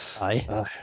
Aye